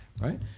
right